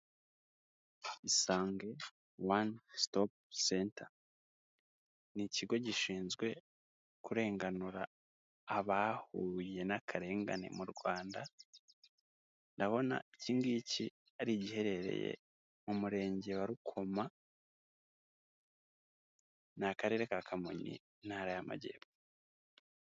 Isange one stop center. Ni ikigo gishinzwe kurenganura abahuye n'akarengane mu Rwanda, ndabona iki ngiki ari igiherereye mu murenge wa Rukoma, ni akarere ka kamonyi, intara y'Amajyepfo.